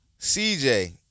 CJ